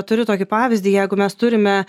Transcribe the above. turiu tokį pavyzdį jeigu mes turime